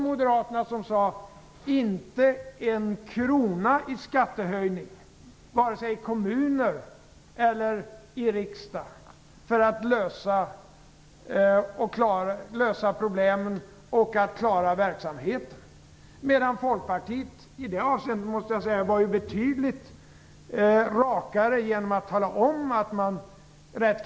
Moderaterna sade: Inte en krona i skattehöjning - vare sig i kommuner eller i riksdagen - för att lösa problemen och klara verksamheten. I det avseendet var Folkpartiet betydligt rakare - det måste jag säga.